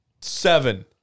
Seven